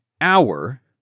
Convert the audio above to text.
hour